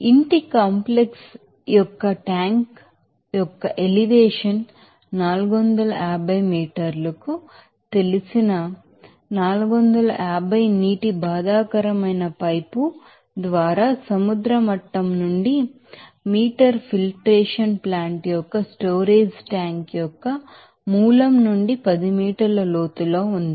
ఇంటి కాంప్లెక్స్ యొక్క ట్యాంక్ యొక్క ఎలివేషన్ 450 మీకు తెలిసిన 450 నీటి డిస్ట్రెస్డ్ పైపు ద్వారా సముద్ర మట్టం నుండి మీటర్ ఫిల్టరేషన్ ప్లాంట్ యొక్క స్టోరేజీ ట్యాంక్ యొక్క మూలం నుండి 10 మీటర్ల లోతులో ఉంది